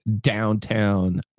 downtown